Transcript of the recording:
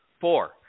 Four